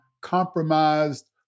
compromised